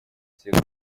всех